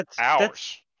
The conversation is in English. hours